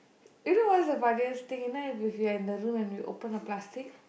you know what's the funniest thing you know if you are in the room and we open a plastic